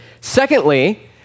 Secondly